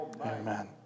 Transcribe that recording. Amen